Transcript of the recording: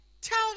tell